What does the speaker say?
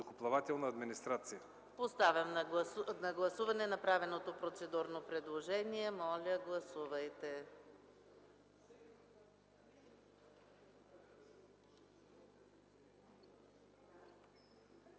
Поставям на гласуване направеното процедурно предложение да допуснем